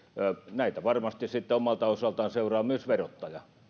näitä varmasti sitten omalta osaltaan seuraa myös verottaja